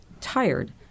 tired